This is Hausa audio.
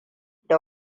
da